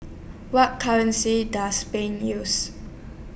What currency Does Spain use